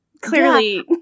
clearly